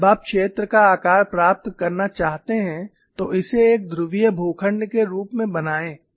और जब आप क्षेत्र का आकार प्राप्त करना चाहते हैं तो इसे एक ध्रुवीय भूखंड के रूप में बनाएं